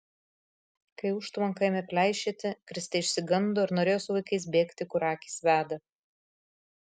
kai užtvanka ėmė pleišėti kristė išsigando ir norėjo su vaikais bėgti kur akys veda